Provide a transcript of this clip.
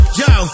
yo